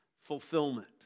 fulfillment